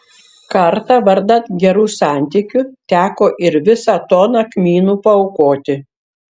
kartą vardan gerų santykių teko ir visą toną kmynų paaukoti